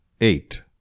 eight